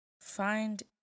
find